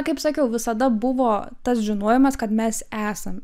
kaip sakiau visada buvo tas žinojimas kad mes esam